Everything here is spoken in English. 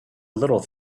little